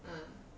ah